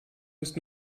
ist